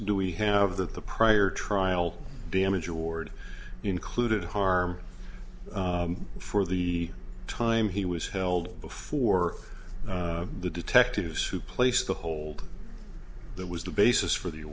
do we have that the prior trial damage award included harm for the time he was held before the detectives who placed the hold that was the basis for the